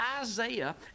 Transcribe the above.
Isaiah